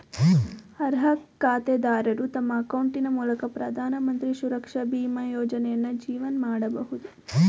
ಅರ್ಹ ಖಾತೆದಾರರು ತಮ್ಮ ಅಕೌಂಟಿನ ಮೂಲಕ ಪ್ರಧಾನಮಂತ್ರಿ ಸುರಕ್ಷಾ ಬೀಮಾ ಯೋಜ್ನಯನ್ನು ಜೀವನ್ ಮಾಡಬಹುದು